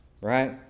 right